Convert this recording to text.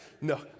No